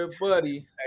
buddy